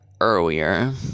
earlier